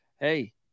Hey